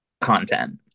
content